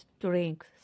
drink